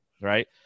right